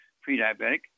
Pre-diabetic